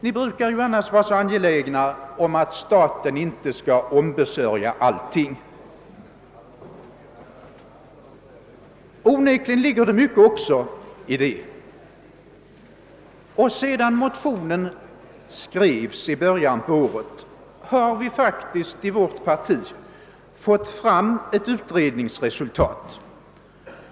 Ni brukar annars vara så angelägna om att staten inte skall ombesörja allting.» Onekligen ligger det mycket också i detta, och sedan motionen skrevs i början av året har vi faktiskt i vårt parti fått fram ett utredningsresultat.